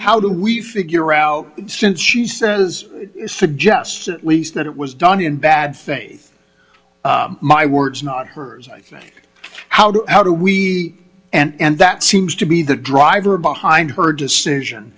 how do we figure out since she says suggests at least that it was done in bad faith my words not hers i think how do we and that seems to be the driver behind her decision